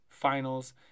finals